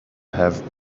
have